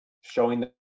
Showing